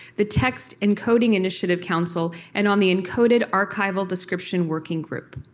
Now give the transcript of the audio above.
the text and coding initiative council, and on the encoded archival description working group.